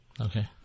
Okay